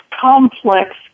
complex